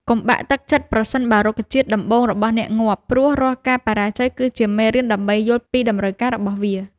កុំបាក់ទឹកចិត្តប្រសិនបើរុក្ខជាតិដំបូងរបស់អ្នកងាប់ ព្រោះរាល់ការបរាជ័យគឺជាមេរៀនដើម្បីយល់ពីតម្រូវការរបស់វា។